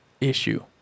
issue